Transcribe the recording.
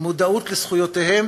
אין מודעות לזכויותיהם,